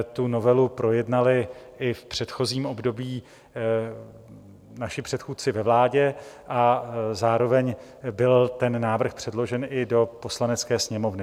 Tu novelu projednali i v předchozím období naši předchůdci ve vládě a zároveň byl ten návrh předložen i do Poslanecké sněmovny.